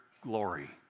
glory